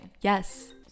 yes